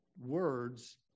words